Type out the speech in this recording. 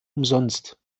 umsonst